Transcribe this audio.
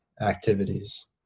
activities